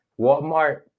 Walmart